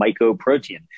mycoprotein